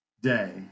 day